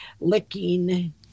licking